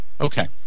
Okay